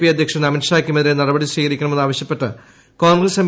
P അധ്യക്ഷൻ അമിത് ഷാ യ്ക്കുമെതിരെ നടപടി സ്വീകരിക്കണമെന്ന് ആവശ്യപ്പെട്ട് കോൺഗ്രസ് എം